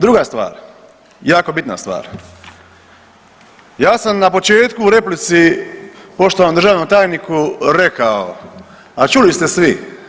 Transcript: Druga stvar, jako bitna stvar, ja sam na početku u replici poštovanom državnom tajniku rekao, a čuli ste svi.